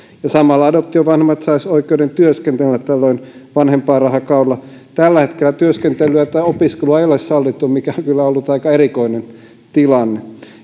samalla adoptiovanhemmat saisivat oikeuden työskennellä tällöin vanhempainrahakaudella tällä hetkellä työskentelyä tai opiskelua ei ole sallittu mikä on kyllä ollut aika erikoinen tilanne